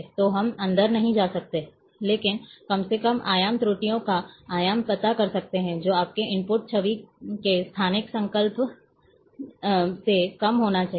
तो हम अंदर नहीं जा सकते लेकिन कम से कम आयाम त्रुटियों का आयाम पता कर सकते हैं जो आपके इनपुट छवि के स्थानिक संकल्प से कम होना चाहिए